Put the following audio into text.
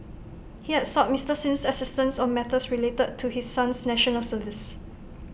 he had sought Mister Sin's assistance on matters related to his son's National Service